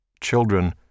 Children